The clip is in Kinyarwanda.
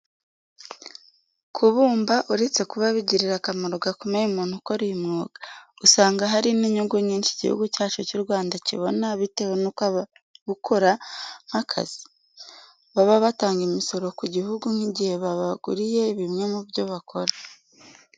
Ku bumba uretse kuba bigirira akamaro gakomeye umuntu ukora uyu mwuga, usanga hari n'inyungu nyinshi igihugu cyacu cy'u Rwanda kibona bitewe nuko ababukora nk'akazi, baba batanga imisoro ku gihugu nk'igihe babaguriye bimwe mu byo bakora.